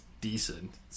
decent